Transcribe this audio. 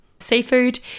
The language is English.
seafood